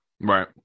Right